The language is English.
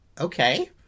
okay